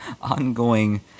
Ongoing